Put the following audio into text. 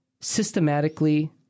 systematically